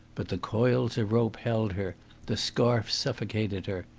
but the coils of rope held her the scarf suffocated her.